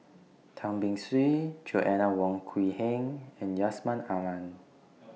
Tan Beng Swee Joanna Wong Quee Heng and Yusman Aman